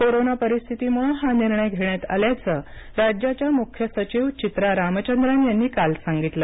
corona परिस्थितीमुळं हा निर्णय घेण्यात आल्याचं राज्याच्या मुख्य सचिव चित्रा रामचंद्रन यांनी काल सांगितलं